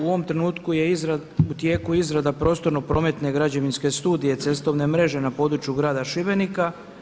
U ovom trenutku je izrada, u tijeku izrada prostorno-prometne građevinske studije cestovne mreže na području Grada Šibenika.